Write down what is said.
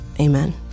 amen